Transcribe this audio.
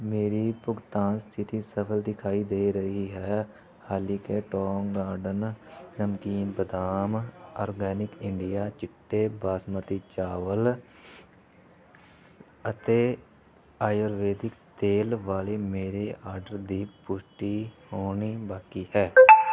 ਮੇਰੀ ਭੁਗਤਾਨ ਸਥਿਤੀ ਸਫ਼ਲ ਦਿਖਾਈ ਦੇ ਰਹੀ ਹੈ ਹਾਲੀ ਕਿ ਟੋਂਗ ਗਾਰਡਨ ਨਮਕੀਨ ਬਦਾਮ ਆਰਗੈਨਿਕ ਇੰਡੀਆ ਚਿੱਟੇ ਬਾਸਮਤੀ ਚਾਵਲ ਅਤੇ ਆਯੁਰਵੈਦਿਕ ਤੇਲ ਵਾਲੇ ਮੇਰੇ ਆਡਰ ਦੀ ਪੁਸ਼ਟੀ ਹੋਣੀ ਬਾਕੀ ਹੈ